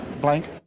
Blank